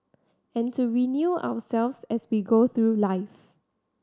and to renew ourselves as we go through life